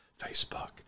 Facebook